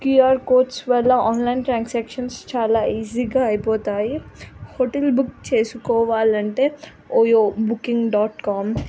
QR codes వల్ల online transactions చాలా ఈజీగా అయిపోతాయి హోటల్ బుక్ చేసుకోవాలంటే ఓయో బుకింగ్ డాట్ కామ్